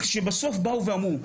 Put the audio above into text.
בסוף באו ואמרו,